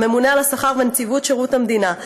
הממונה על השכר בנציבות שירות המדינה,